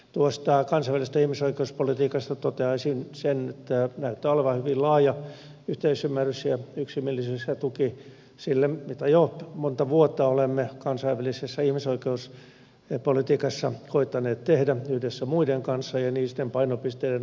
tuosta kansainvälisestä ihmisoikeuspolitiikasta toteaisin sen että näyttää olevan hyvin laaja yhteisymmärrys ja yksimielisyys ja tuki sille mitä jo monta vuotta olemme kansainvälisessä ihmisoikeuspolitiikassa koettaneet tehdä yhdessä muiden kanssa sen painopisteiden osalta